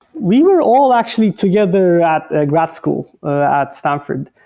we were all actually together at grad school at stanford.